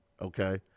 okay